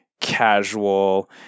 casual